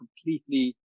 completely